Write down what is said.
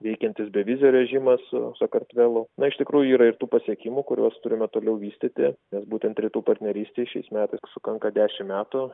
veikiantis bevizio režimas su sakartvelu na iš tikrųjų yra ir tų pasiekimų kuriuos turime toliau vystyti nes būtent rytų partnerystei šiais metais sukanka dešimt metų